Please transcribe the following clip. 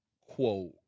quote